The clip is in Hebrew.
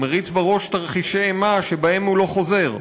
מריץ בראש תרחישי אימה שבהם הוא לא חוזר.